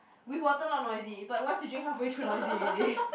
with water not noisy but once you drink half way through noisy already